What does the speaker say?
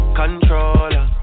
controller